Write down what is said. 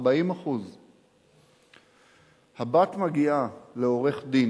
40%. הבת מגיעה לעורך-דין,